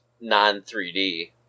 non-3D